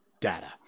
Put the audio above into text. data